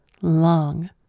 long